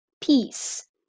peace